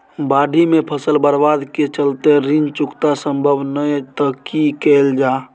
बाढि में फसल बर्बाद के चलते ऋण चुकता सम्भव नय त की कैल जा?